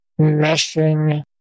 meshing